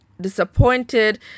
disappointed